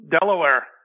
Delaware